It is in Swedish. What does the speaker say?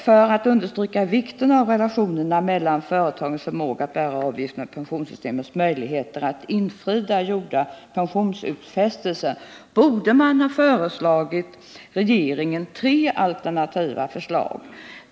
För att understryka vikten av relationerna mellan företagens förmåga att bära avgifterna och pensionssystemets möjligheter att infria gjorda pensionsutfästelser borde man ha föreslagit regeringen tre alternativa förslag.